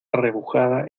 arrebujada